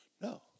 No